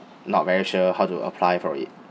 not very sure how to apply for it